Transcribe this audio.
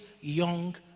young